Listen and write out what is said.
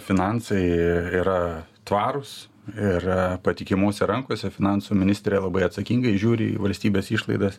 finansai yra tvarūs ir patikimose rankose finansų ministrė labai atsakingai žiūri į valstybės išlaidas